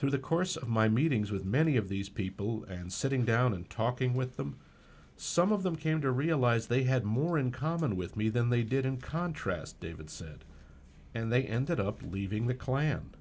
through the course of my meetings with many of these people and sitting down and talking with them some of them came to realize they had more in common with me than they did in contrast david said and they ended up leaving the klan